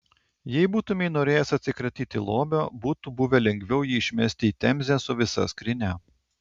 jei būtumei norėjęs atsikratyti lobio būtų buvę lengviau jį išmesti į temzę su visa skrynia